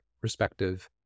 respective